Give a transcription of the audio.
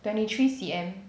twenty three C_M